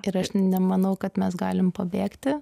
ir aš nemanau kad mes galim pabėgti